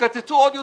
תקצצו עוד יותר,